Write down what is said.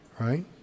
right